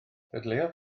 dadleuodd